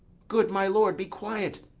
good my lord, be quiet.